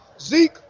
Zeke